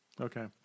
Okay